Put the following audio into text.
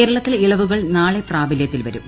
കേരളത്തിൽ ഇളവുകൾ നാളെ പ്രാബലൃത്തിൽ വരും